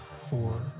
four